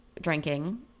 drinking